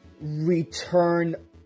Return